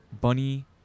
Bunny